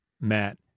Matt